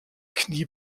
knie